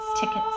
tickets